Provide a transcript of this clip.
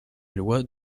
loi